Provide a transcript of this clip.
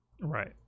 Right